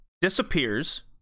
disappears